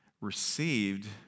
received